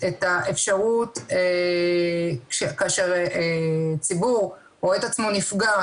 את האפשרות שכאשר ציבור רואה את עצמו נפגע,